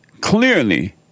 clearly